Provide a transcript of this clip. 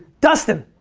dustin!